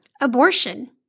abortion